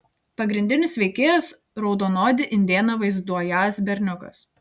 pagrindinis veikėjas raudonodį indėną vaizduojąs berniukas